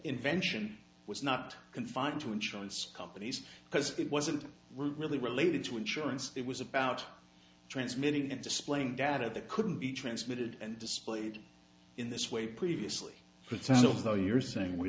invention was not confined to insurance companies because it wasn't really related to insurance it was about transmitting it displaying dad at the couldn't be transmitted and displayed in this way previously but still so you're saying we